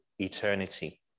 Eternity